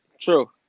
True